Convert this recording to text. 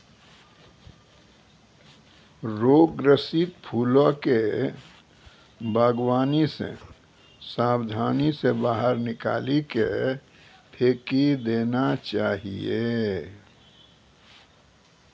रोग ग्रसित फूलो के वागवानी से साबधानी से बाहर निकाली के फेकी देना चाहियो